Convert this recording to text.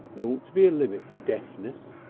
there ought to be a limit to deafness.